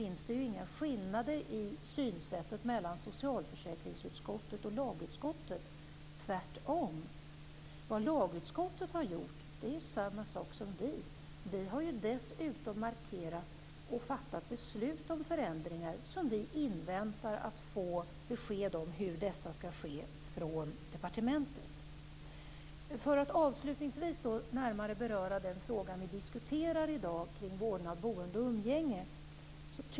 Därvidlag finns inga skillnader i synsätt mellan socialförsäkringsutskottet och lagutskottet, tvärtom. Lagutskottet har gjort är samma sak som vi. Vi har dessutom markerat och fattat beslut om förändringar, och vi inväntar besked från departementet om hur dessa skall genomföras. Jag skall avslutningsvis också närmare beröra den fråga vi diskuterar i dag, dvs. vårdnad, boende och umgänge.